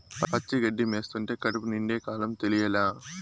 పచ్చి గడ్డి మేస్తంటే కడుపు నిండే కాలం తెలియలా